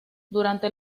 durante